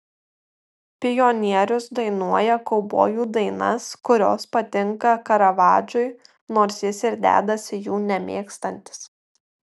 pionierius dainuoja kaubojų dainas kurios patinka karavadžui nors jis ir dedasi jų nemėgstantis